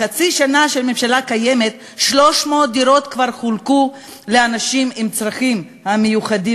בחצי השנה שהממשלה קיימת 300 דירות כבר חולקו לאנשים עם צרכים מיוחדים,